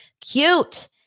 cute